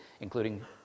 including